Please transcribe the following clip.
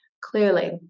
Clearly